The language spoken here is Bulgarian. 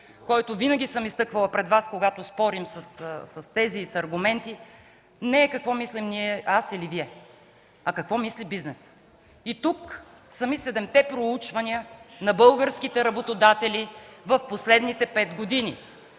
който винаги съм изтъквала пред Вас, когато спорим с тези и с аргументи, не какво мислим ние, аз или Вие, а какво мисли бизнесът. И тук са ми седемте проучвания на българските работодатели в последните пет години